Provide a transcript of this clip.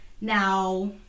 Now